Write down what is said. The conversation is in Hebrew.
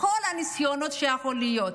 כל הניסיונות שיכולים להיות,